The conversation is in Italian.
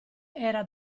era